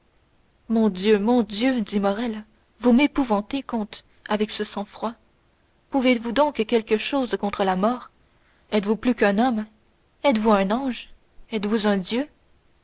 mon dieu mon dieu dit morrel vous m'épouvantez comte avec ce sang-froid pouvez-vous donc quelque chose contre la mort êtes-vous plus qu'un homme êtes-vous un ange êtes-vous un dieu